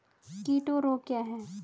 कीट और रोग क्या हैं?